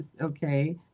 okay